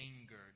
angered